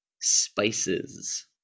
spices